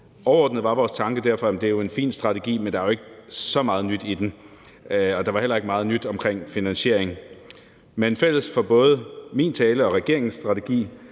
Overordnet var vores tanke derfor, at det er en fin strategi, men der er jo ikke så meget nyt i den, og der var heller ikke meget nyt omkring finansiering. Men fælles for både min tale og regeringens strategi